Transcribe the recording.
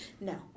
No